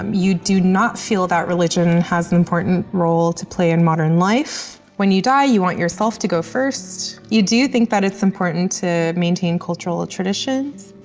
um you do not feel that religion has an important role to play in modern life. when you die, you want yourself to go first. you do think that it's important to maintain cultural traditions.